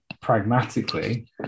pragmatically